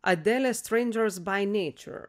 adelės strangers by nature